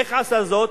ואיך עשה זאת?